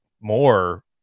more